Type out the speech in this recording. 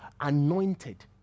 anointed